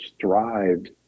thrived